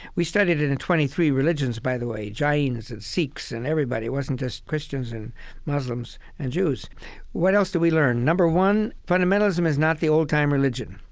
we studied it in twenty three religions, by the way, jains and sikhs and everybody it wasn't just christians and muslims and jews what else did we learn? number one, fundamentalism is not the old-time religion.